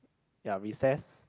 ya recess